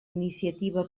iniciativa